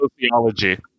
Sociology